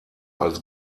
als